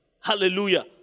Hallelujah